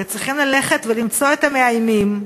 הרי צריכים ללכת ולמצוא את המאיימים,